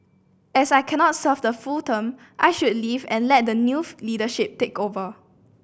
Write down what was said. as I cannot serve the full term I should leave and let the new leadership take over